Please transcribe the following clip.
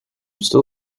still